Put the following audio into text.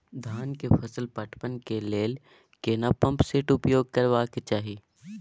धान के फसल पटवन के लेल केना पंप सेट उपयोग करबाक चाही?